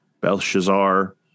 Belshazzar